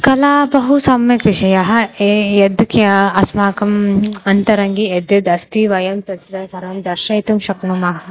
कला बहु सम्यक् विषया येायद् क्या अस्माकम् अन्तरङ्गे यद्यद् अस्ति वयं तत्र सर्वं दर्शयितुं शक्नुमः